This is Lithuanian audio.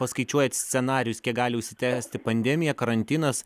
paskaičiuojat scenarijus kiek gali užsitęsti pandemija karantinas